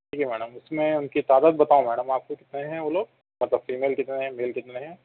ٹھیک ہے میڈم اس میں ان کی تعداد بتاؤں میڈم آفس میں ہیں وہ لوگ مطلب فیمیل کتنے ہیں میل کتنے ہیں